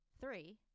Three